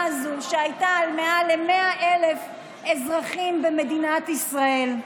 הזו שהייתה על מעל ל-100,000 אזרחים במדינת ישראל.